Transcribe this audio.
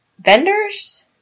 vendors